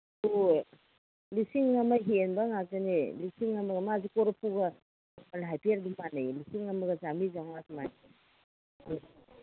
ꯍꯣꯏ ꯂꯤꯁꯤꯡ ꯑꯃ ꯍꯦꯟꯕ ꯉꯥꯛꯇꯅꯦ ꯂꯤꯁꯤꯡ ꯑꯃꯒ ꯃꯥꯁꯦ ꯀꯣꯔꯐꯨꯒ ꯃꯃꯟ ꯍꯥꯏꯐꯦꯠ ꯑꯗꯨꯝ ꯃꯥꯟꯅꯩꯌꯦ ꯂꯤꯁꯤꯡ ꯑꯃꯒ ꯆꯥꯝꯔꯤ ꯆꯝꯉꯥ ꯁꯨꯃꯥꯏꯅ